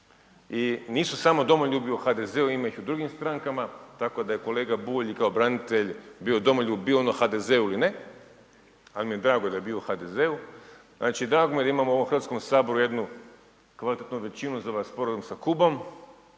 i nisu samo domoljubi u HDZ-u, ima ih i u drugim strankama, tako da je kolega Bulj i kao branitelj bio domoljub bio on u HDZ-u ili ne ali mi je drago da je bio u HDZ-u. Znači drago mi je da imamo u ovom Hrvatskom saboru jednu kvalitetnu većinu za ovaj sporazum sa Kubom.